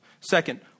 Second